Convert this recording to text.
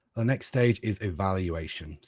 ah next stage is evaluation.